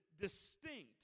distinct